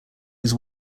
his